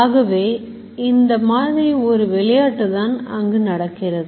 ஆகவே இந்த மாதிரி ஒரு விளையாட்டு தான் அங்கு நடக்கிறது